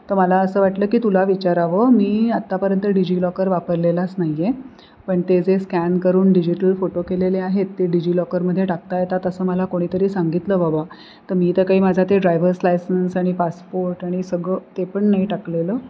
तर मला असं वाटलं की तुला विचारावं मी आत्तापर्यंत डिजिलॉकर वापरलेलाच नाही आहे पण ते जे स्कॅन करून डिजिटल फोटो केलेले आहेत ते डिजिलॉकरमध्ये टाकता येतात असं मला कोणीतरी सांगितलं बाबा तर मी तर काही माझा ते ड्रायवर्स लायसन्स आणि पासपोर्ट आणि सगळं ते पण नाही टाकलेलं